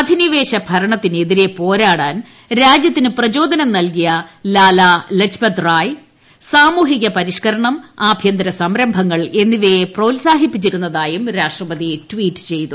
അധിനിവേശ ഭരണത്തിന് എതിരെ പോരാടാൻ രാജ്യത്തിന് പ്രചോദനം നൽകിയ ലാലാ ലജ്പത് റായി സാമൂഹിക പരിഷ്കരണം ആഭ്യന്തര സംരംഭങ്ങൾ എന്നിവയെ പ്രോത്സാഹിപ്പിച്ചിരുന്നതായും രാഷ്ട്രപതി ട്വീറ്റ് ചെയ്തു